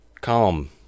Calm